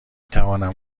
توانم